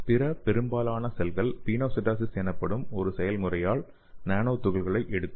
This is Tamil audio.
பிற பெரும்பாலான செல்கள் பினோசைடோசிஸ் எனப்படும் ஒரு செயல்முறையால் நானோ துகள்களை எடுக்கும்